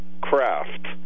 craft